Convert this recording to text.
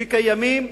שהם קיימים,